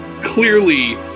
clearly